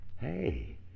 Hey